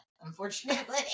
unfortunately